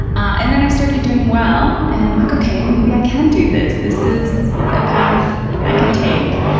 and then i started doing well and i'm like, okay, maybe i can do this! this is a path i can take.